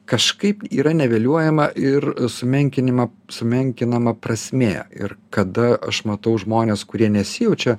kažkaip yra niveluojama ir sumenkinimą sumenkinama prasmė ir kada aš matau žmones kurie nesijaučia